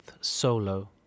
solo